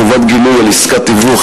חובת גילוי על עסקת תיווך),